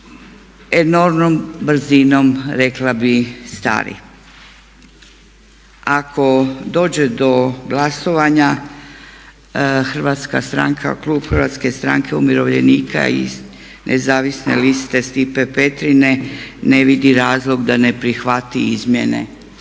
enormnom brzinom rekla bi stari. Ako dođe do glasovanja hrvatska stranka, klub Hrvatske stranke umirovljenika i nezavisne liste Stipe Petrine ne vidi razloga da ne prihvati izmjene